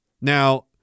Now